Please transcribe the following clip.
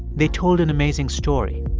they told an amazing story